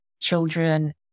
children